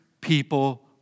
people